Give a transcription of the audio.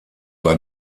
war